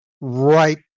right